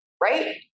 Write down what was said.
Right